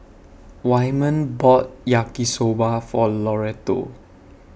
Wyman bought Yaki Soba For Loretto